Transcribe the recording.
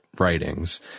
writings